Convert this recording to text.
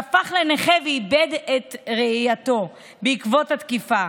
שהפך לנכה ואיבד את ראייתו בעקבות התקיפה.